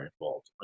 involved